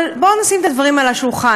אבל בואו נשים את הדברים על השולחן.